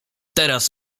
teraz